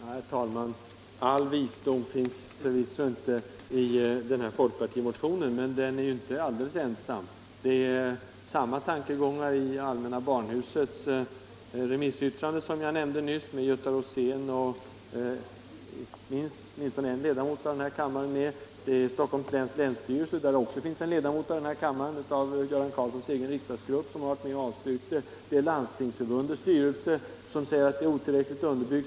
Herr talman! All visdom finns förvisso inte i den här folkpartimotionen, men den är ju inte alldeles ensam. Det är samma tankegångar i allmänna barnhusets remissyttrande där Göta Rosén och åtminstone en ledamot av denna kammare är med. I Stockholms läns länsstyrelse finns också en ledamot av denna kammare från herr Göran Karlssons egen riksdagsgrupp som har varit med och avstyrkt förslaget 1 propositionen. Landstingsförbundets styrelse säger att förslaget är otillräckligt underbyggt.